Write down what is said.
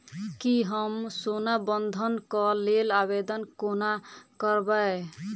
की हम सोना बंधन कऽ लेल आवेदन कोना करबै?